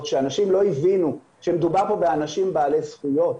שאנשים לא הבינו שמדובר פה באנשים בעלי זכויות.